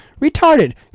retarded